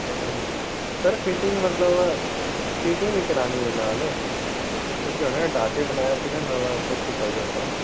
button button sir fitting ਮਤਲਬ fitting ਵੀ ਕਰਾਉਣੀ ਹੈ ਨਾਲ ਕਿਉਕਿ ਉਹਨਾਂ ਨੇ ਢਾਹ ਕੇ ਬਣਾਇਆ ਸੀ ਨਾ ਨਵੀਂ ਕੋਠੀ ਪਾਈ ਆਪਾਂ